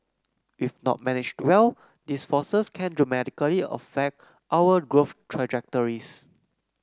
if not managed well these forces can dramatically affect our growth trajectories